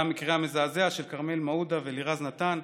גם המקרה המזעזע של כרמל מעודה ולירז נתן.